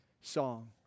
song